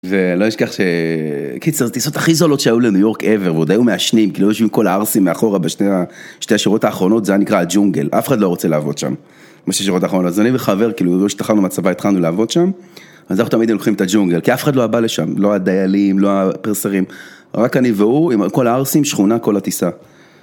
ולא אשכח ש... קיצר, זה טיסות הכי זולות שהיו לניו יורק ever, ועוד היו מעשנים, כאילו היו יושבים כל הערסים מאחורה בשתי השורות האחרונות, זה היה נקרא הג'ונגל. אף אחד לא רוצה לעבוד שם, בשתי השורות האחרונות. אז אני וחבר, כאילו, עוד לא השתחרנו מהצבא, התחלנו לעבוד שם, אז אנחנו תמיד היינו לוקחים את הג'ונגל, כי אף אחד לא בא לשם, לא הדיילים, לא הפרסרים, רק אני והוא, עם כל הערסים, שכונה כל הטיסה.